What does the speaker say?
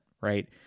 right